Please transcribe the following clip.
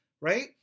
right